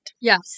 Yes